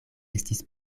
estis